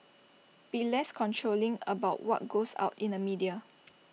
be less controlling about what goes out in the media